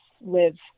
live